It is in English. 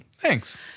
Thanks